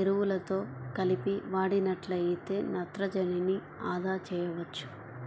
ఎరువులతో కలిపి వాడినట్లయితే నత్రజనిని అదా చేయవచ్చు